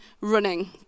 running